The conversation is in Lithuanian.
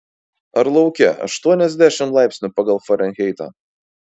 ar lauke aštuoniasdešimt laipsnių pagal farenheitą